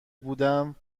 بودم